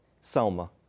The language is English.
Selma